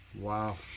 Wow